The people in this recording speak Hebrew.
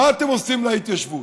מה אתם עושים להתיישבות?